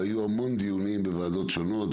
והיו המון דיונים בוועדות שונות,